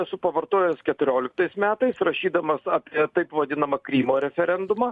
esu pavartojęs keturioliktais metais rašydamas apie taip vadinamą krymo referendumą